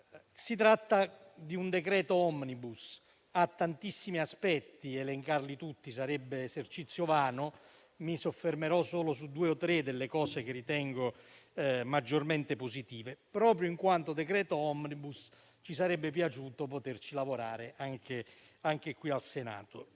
Si tratta di un decreto *omnibus*. Ha tantissimi aspetti ed elencarli tutti sarebbe esercizio vano. Mi soffermerò solo su alcune delle cose che ritengo maggiormente positive. Proprio in quanto decreto *omnibus* ci sarebbe piaciuto poterci lavorare anche al Senato.